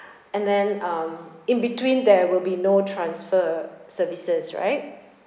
and then um in between there will be no transfer uh services right